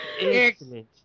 Excellent